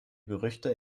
gerüchte